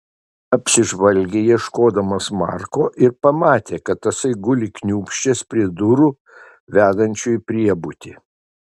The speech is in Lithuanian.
apsižvalgė ieškodamas marko ir pamatė kad tasai guli kniūbsčias prie durų vedančių į priebutį